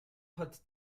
hat